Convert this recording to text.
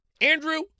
Andrew